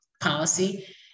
policy